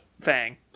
Fang